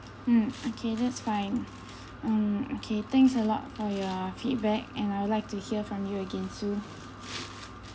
mm okay that's fine um okay thanks a lot for your feedback and I would like to hear from you again soon